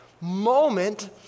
moment